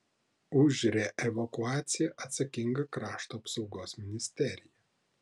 už reevakuaciją atsakinga krašto apsaugos ministerija